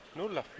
nulla